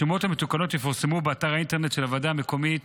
השומות המתוקנות יפורסמו באתר האינטרנט של הוועדה המקומית,